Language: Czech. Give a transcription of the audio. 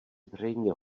zřejmě